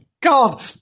god